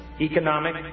economic